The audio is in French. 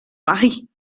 mari